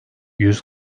yüz